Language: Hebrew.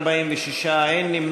38 לסעיף 5: 40 בעד, 46 נגד, אין נמנעים.